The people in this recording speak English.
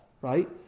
right